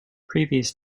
previous